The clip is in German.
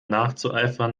nachzueifern